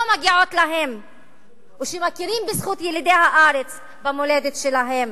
מגיעות להם ושמכירים בזכות ילידי הארץ במולדת שלהם.